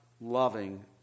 loving